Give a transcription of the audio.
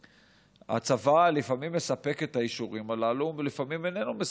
והצבא לפעמים מספק את האישורים הללו ולפעמים איננו מספק.